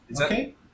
Okay